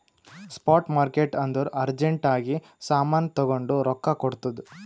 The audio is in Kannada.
ಸ್ಪಾಟ್ ಮಾರ್ಕೆಟ್ ಅಂದುರ್ ಅರ್ಜೆಂಟ್ ಆಗಿ ಸಾಮಾನ್ ತಗೊಂಡು ರೊಕ್ಕಾ ಕೊಡ್ತುದ್